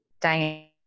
Diane